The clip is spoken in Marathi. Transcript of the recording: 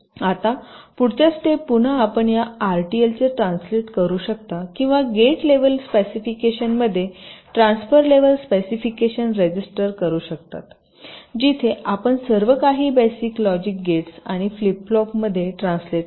आता पुढच्या स्टेप पुन्हा आपण या आरटीएलचे ट्रान्सलेट करू शकता किंवा गेट लेव्हल स्पेसिफिकेशनमध्ये ट्रान्सफर लेव्हल स्पेसिफिकेशन रजिस्टर करू शकता जिथे आपण सर्वकाही बेसिक लॉजिक गेट्स आणि फ्लिप फ्लॉपमध्ये ट्रान्सलेट करता